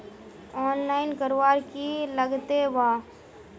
Online करवार की लगते वा?